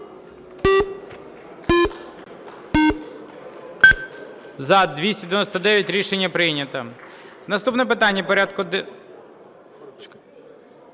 За-299 Рішення прийнято. Наступне питання